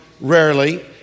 rarely